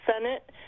Senate